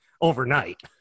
overnight